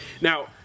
Now